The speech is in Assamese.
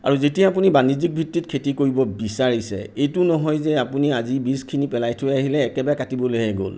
আৰু যেতিয়া আপুনি বাণিজ্যিকভিত্তিত খেতি কৰিব বিচাৰিছে এইটো নহয় যে আপুনি আজি বীজখিনি পেলাই থৈ আহিলে একেবাৰে কাটিবলৈহে গ'ল